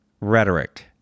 rhetoric